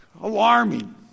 Alarming